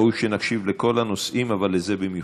ראוי שנקשיב לכל הנושאים, אבל לזה במיוחד.